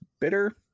bitter